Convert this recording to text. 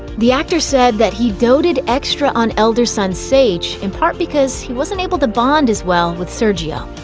the actor said that he doted extra on elder son sage, in part because he wasn't able to bond as well with seargeoh.